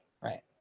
Right